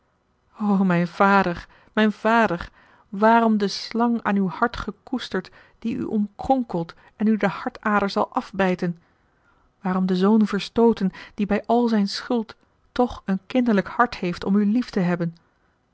mijn vader mijn vader waarom de slang aan uw hart gekoesterd die u omkronkelt en u de hartader zal afbijten waarom a l g bosboom-toussaint de delftsche wonderdokter eel den zoon verstooten die bij al zijne schuld toch een kinderlijk hart heeft om u lief te hebben